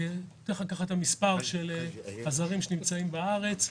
--- המספר של הזרים שנמצאים בארץ .